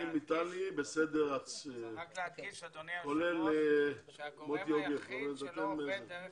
רק לעדכן שהגורם היחיד שלא עובר דרך